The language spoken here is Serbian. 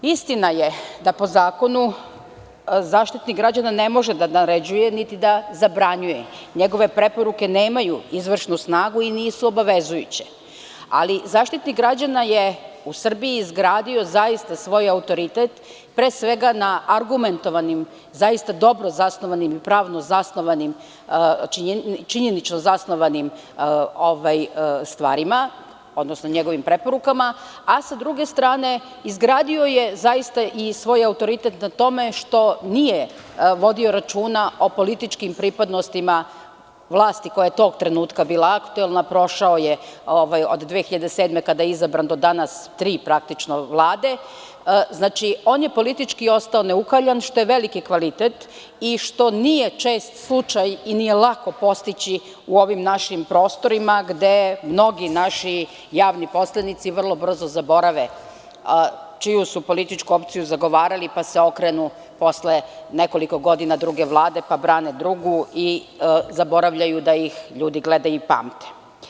Istina je da po zakonu, Zaštitnik građana ne može da naređuje niti da zabranjuje, njegove preporuke nemaju izvršnu snagu i nisu obavezujuće, ali Zaštitnik građana je u Srbiji izgradio zaista svoj autoritet, pre svega na argumentovanim, zaista dobro zasnovanim, pravno zasnovanim činjenicama i stvarima, odnosno njegovim preporukama, a sa druge strane, izgradio je i svoj autoritet na tome što nije vodio računa o političkim pripadnostima vlasti koja je tog trenutka bila aktuelna, prošao je od 2007. do danas tri praktično vlade, on je politički ostao neukaljan, što je veliki kvalitet i što nije čest slučaj i nije lako postići u ovim našim prostorima gde mnogi naši javni poslenici vrlo brzo zaborave čiju su političku opciju zagovarali, pa se okrenu posle nekoliko godina druge vlade, pa brane drugu i zaboravljaju da ih ljudi gledaju i pamte.